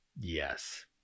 yes